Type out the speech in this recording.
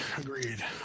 Agreed